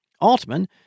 Altman